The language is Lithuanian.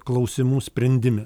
klausimų sprendime